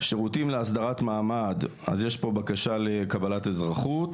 שירותים להסדרת מעמד, אז יפה בקשה לקבלת אזרחות